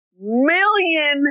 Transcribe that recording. million